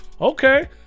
Okay